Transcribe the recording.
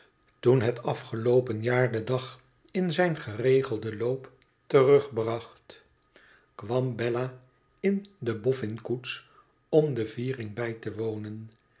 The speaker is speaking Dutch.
toen het afgeloopen jaar den dag in zijn geregelden loop terugbracht kwam bella in de bofün koets om de viering bij te wonen